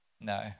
No